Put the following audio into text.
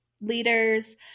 leaders